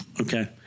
Okay